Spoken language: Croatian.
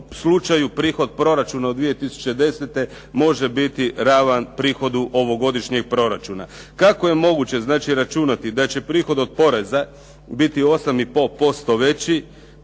prihod proračuna od 2010. može biti ravan prihodu ovogodišnjeg proračuna. Kako je moguće računati da će prihod od poreza biti 8,5% veći